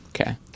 Okay